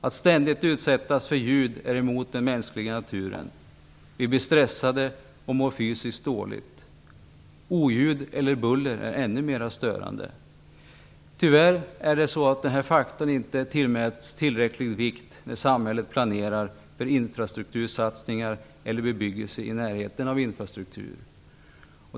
Att ständigt utsättas för ljud är emot den mänskliga naturen. Vi blir stressade och mår fysiskt dåligt. Oljud eller buller är ännu mera störande. Tyvärr är det så att den här faktorn inte tillmäts tillräcklig vikt när samhället planerar för infrastruktursatsningar eller bebyggelse i närheten av infrastrukturen.